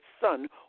Son